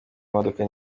imodoka